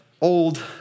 Old